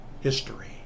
history